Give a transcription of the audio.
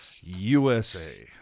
USA